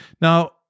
Now